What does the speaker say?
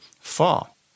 fall